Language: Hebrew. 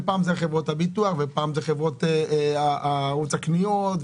פעם זה חברות הביטוח ופעם זה ערוץ הקניות,